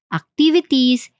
activities